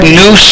new